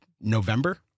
November